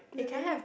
really